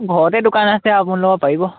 ঘৰতে দোকান আছে আপোনালোকৰ পাৰিব